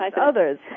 others